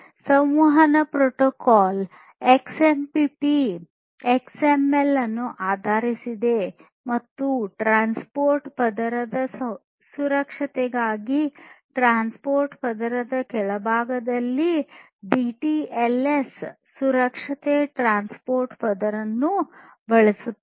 ಸಂವಹನ protocol XMPP XML ಅನ್ನು ಆಧರಿಸಿದೆ ಮತ್ತು ಟ್ರಾನ್ಸ್ಪೋರ್ಟ್ ಪದರದ ಸುರಕ್ಷತೆಗಾಗಿ ಟ್ರಾನ್ಸ್ಪೋರ್ಟ್ ಪದರದಲ್ಲಿ ಕೆಳಭಾಗದಲ್ಲಿ ಡಿಟಿಎಲ್ಎಸ್ ಸುರಕ್ಷಿತ ಟ್ರಾನ್ಸ್ಪೋರ್ಟ್ ಪದರವನ್ನು ಬಳಸುತ್ತದೆ